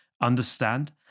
understand